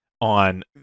on